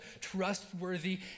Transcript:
trustworthy